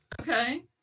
Okay